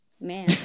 man